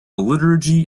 liturgy